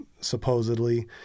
supposedly